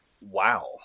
wow